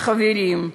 חברים,